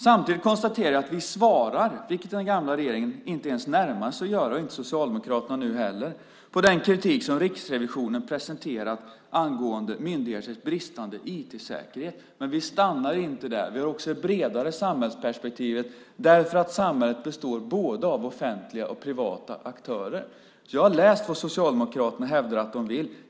Samtidigt konstaterar jag att vi svarar, vilket den gamla regeringen inte ens närmade sig att göra och inte Socialdemokraterna nu heller, på den kritik som Riksrevisionen presenterat angående myndigheters bristande IT-säkerhet, men vi stannar inte där. Vi har också det bredare samhällsperspektivet därför att samhället består av både offentliga och privata aktörer. Jag har läst vad Socialdemokraterna hävdar att de vill.